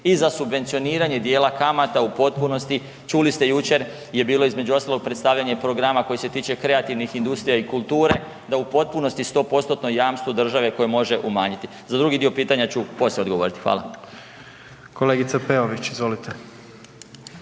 i za subvencioniranje dijela kamata u potpunosti. Čuli ste jučer je bilo između ostalog predstavljanje programa koji se tiče kreativnih industrija i kulture da u potpunosti 100%-tno jamstvo države koje može umanjiti. Za drugi dio pitanja ću poslije odgovoriti. Hvala. **Jandroković, Gordan